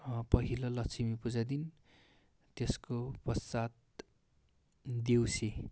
पहिला लक्ष्मीपूजा दिन त्यसको पश्चात देउसी